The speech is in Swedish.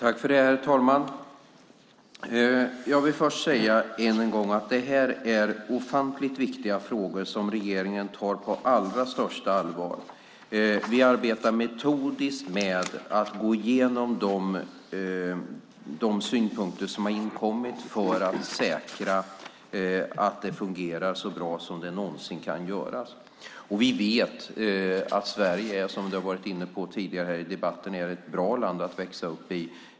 Herr talman! Låt mig först än en gång säga att det här är ofantligt viktiga frågor som regeringen tar på allra största allvar. Vi arbetar metodiskt med att gå igenom de synpunkter som har inkommit för att säkra att det fungerar så bra som det någonsin kan göra. Vi vet att Sverige, som vi har varit inne på tidigare här i debatten, är ett bra land att växa upp i.